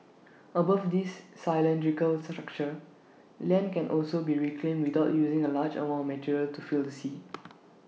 above this cylindrical structure land can also be reclaimed without using A large amount material to fill the sea